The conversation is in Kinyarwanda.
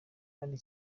kandi